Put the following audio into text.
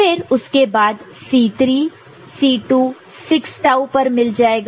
फिर उसके बाद C3 C2 6 टाऊ पर मिल जाएगा